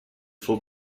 faut